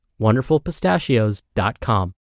wonderfulpistachios.com